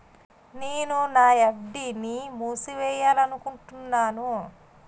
నేను నా ఎఫ్.డి ని మూసివేయాలనుకుంటున్నాను